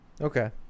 Okay